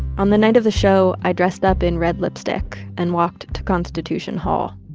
on the night of the show, i dressed up in red lipstick and walked to constitution hall.